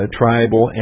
tribal